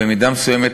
במידה מסוימת,